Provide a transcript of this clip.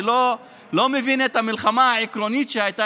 אני לא מבין את המלחמה העקרונית שהייתה